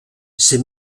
ses